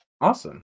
Awesome